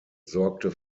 sorgte